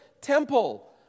temple